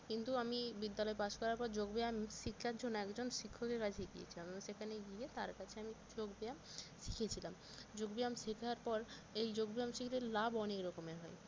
কিন্তু আমি বিদ্যালয় পাশ করার পর যোগ ব্যায়াম শিক্ষার জন্য একজন শিক্ষকের কাছে গিয়েছিলাম সেখানে গিয়ে তার কাছে আমি যোগ ব্যায়াম শিখেছিলাম যোগ ব্যায়াম শেখার পর এই যোগ ব্যায়াম শিখলে লাভ অনেক রকমের হয়